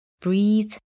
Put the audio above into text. Breathe